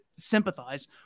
Sympathize